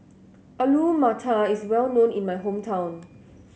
Alu Matar is well known in my hometown